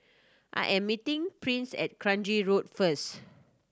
I am meeting Price at Kranji Road first